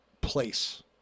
place